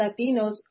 Latinos